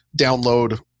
download